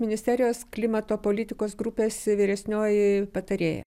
ministerijos klimato politikos grupės vyresnioji patarėja